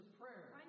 prayer